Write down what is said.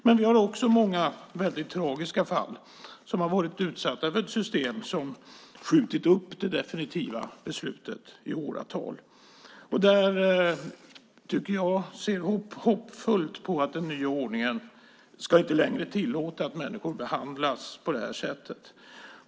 Men vi har också många väldigt tragiska fall som har varit utsatta för ett system som skjutit upp det definitiva beslutet i åratal. Där tycker jag, och ser hoppfullt på, att den nya ordningen inte längre ska tillåta att människor behandlas på det här sättet.